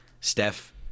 Steph